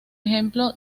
ejemplo